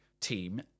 team